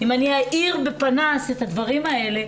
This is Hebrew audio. אם אני אאיר בפנס את הדברים האלה,